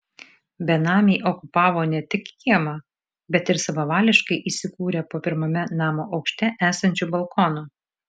benamiai okupavo ne tik kiemą bet ir savavališkai įsikūrė po pirmame namo aukšte esančiu balkonu